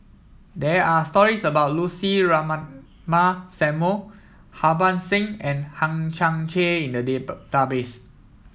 there are stories about Lucy Ratnammah Samuel Harbans Singh and Hang Chang Chieh in the